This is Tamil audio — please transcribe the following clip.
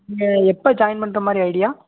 நீங்கள் எப்போ ஜாயின் பண்றமாதிரி ஐடியா